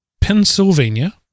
Pennsylvania